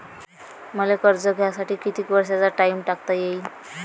मले कर्ज घ्यासाठी कितीक वर्षाचा टाइम टाकता येईन?